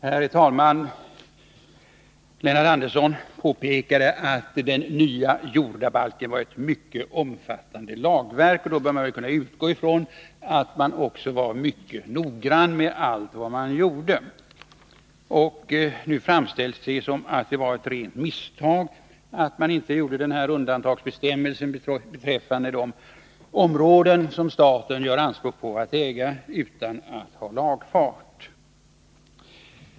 Herr talman! Lennart Andersson påpekade att den nya jordabalken var ett mycket omfattande lagverk. Då bör man kunna utgå från att man var mycket noggrann vid utarbetandet av det. Lennart Andersson framställer det som om det var ett misstag att man inte införde någon bestämmelse om undantag från lagfartskrav beträffande de områden som staten gör anspråk på att äga.